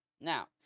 Now